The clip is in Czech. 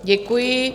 Děkuji.